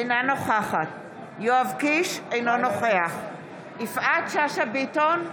אינה נוכחת יואב קיש, אינו נוכח יפעת שאשא ביטון,